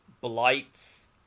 blights